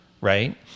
right